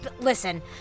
listen